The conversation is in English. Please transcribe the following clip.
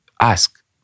ask